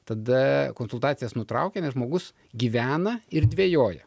tada konsultacijas nutraukia nes žmogus gyvena ir dvejoja